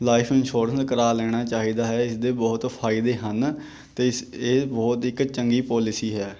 life insurance ਕਰਵਾ ਲੈਣਾ ਚਾਹੀਦਾ ਹੈ ਇਸਦੇ ਬਹੁਤ ਫਾਇਦੇ ਹਨ ਅਤੇ ਇਸ ਇਹ ਬਹੁਤ ਇੱਕ ਚੰਗੀ ਪੋਲਿਸੀ ਹੈ